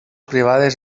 privades